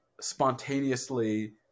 spontaneously